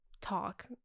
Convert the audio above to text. talk